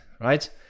right